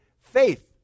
faith